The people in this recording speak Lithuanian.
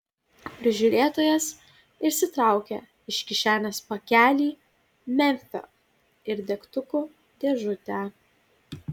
prižiūrėtojas išsitraukė iš kišenės pakelį memfio ir degtukų dėžutę